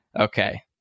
Okay